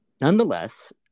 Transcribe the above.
Nonetheless